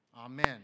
Amen